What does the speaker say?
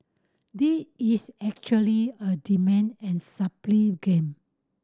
this is actually a demand and supply game